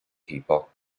people